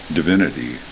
divinity